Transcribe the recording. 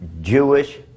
Jewish